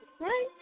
Right